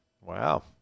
Wow